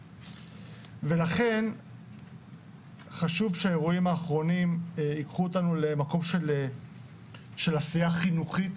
לכן חשוב שהאירועים האחרונים ייקחו אותנו למקום של עשייה חינוכית,